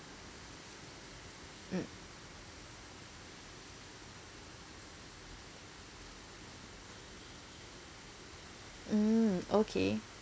mm mm okay